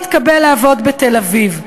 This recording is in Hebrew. לא יתקבל לעבוד בתל-אביב.